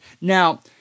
Now